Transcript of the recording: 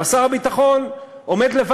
ואפשר להסכים